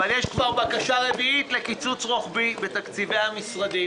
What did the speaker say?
אבל יש כבר בקשה רביעית לקיצוץ רוחבי בתקציבי המשרדים